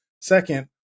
Second